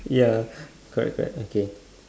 ya correct correct okay